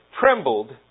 trembled